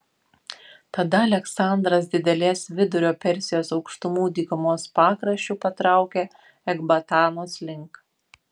tada aleksandras didelės vidurio persijos aukštumų dykumos pakraščiu patraukė ekbatanos link